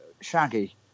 shaggy